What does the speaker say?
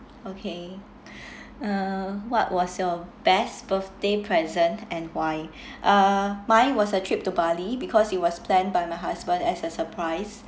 okay uh what was your best birthday present and why uh mine was a trip to bali because it was planned by my husband as a surprise